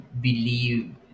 believe